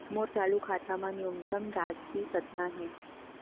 मोर चालू खाता मा न्यूनतम राशि कतना हे?